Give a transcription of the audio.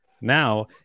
Now